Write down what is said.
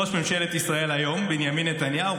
ראש ממשלת ישראל דהיום בנימין נתניהו,